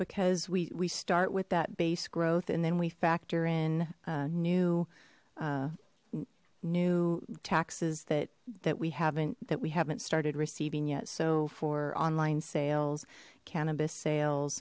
because we we start with that base growth and then we factor in new new taxes that that we haven't that we haven't started receiving yet so for online sales cannabis sales